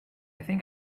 think